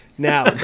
Now